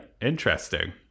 Interesting